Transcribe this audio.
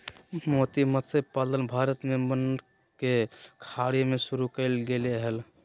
मोती मतस्य पालन भारत में मन्नार के खाड़ी में शुरु कइल गेले हल